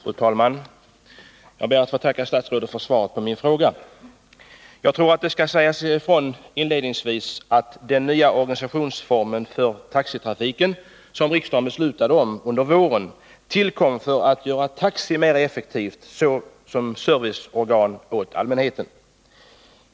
Fru talman! Jag ber att få tacka statsrådet för svaret på min fråga. Jag tror att man inledningsvis bör säga ifrån att den nya organisationsform för taxitrafiken som riksdagen beslutade om under våren tillkom för att göra taxi mer effektiv som serviceorgan åt allmänheten.